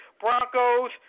Broncos